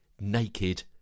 naked